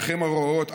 עיניכם הרואות,